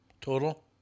Total